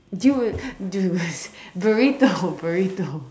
dude dude burrito burrito